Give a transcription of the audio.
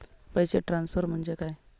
पैसे ट्रान्सफर म्हणजे काय?